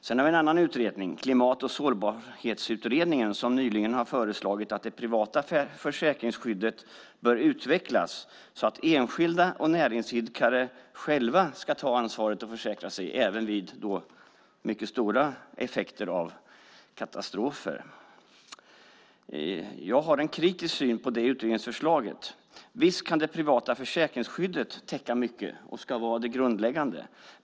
Sedan har vi en annan utredning, Klimat och sårbarhetsutredningen, som nyligen har föreslagit att det privata försäkringsskyddet bör utvecklas så att enskilda och näringsidkare själva ska ta ansvaret och försäkra sig även mot mycket stora effekter av katastrofer. Jag har en kritisk syn på det utredningsförslaget. Visst kan det privata försäkringsskyddet täcka mycket och ska vara det grundläggande.